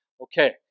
Okay